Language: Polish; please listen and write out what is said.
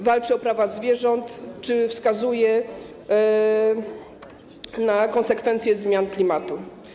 Walczy o prawa zwierząt czy wskazuje na konsekwencje zmian klimatu.